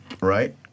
right